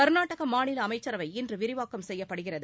கர்நாடகா மாநில அமைச்சரவை இன்று விரிவாக்கம் செய்யப்படுகிறது